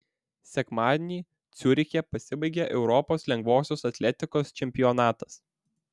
sekmadienį ciuriche pasibaigė europos lengvosios atletikos čempionatas